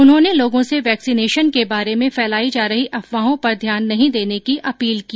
उन्हेांने लोगों से वैक्सीनेशन के बारे में फैलाई जा रही अफवाहों पर ध्यान नहीं देने की अपील की